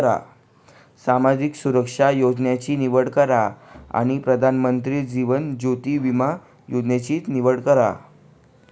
सामाजिक सुरक्षा योजनांची निवड करा आणि प्रधानमंत्री जीवन ज्योति विमा योजनेची निवड करा